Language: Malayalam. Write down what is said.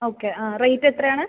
ഓക്കെ ആ റേറ്റ് എത്രയാണ്